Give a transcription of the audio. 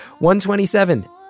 127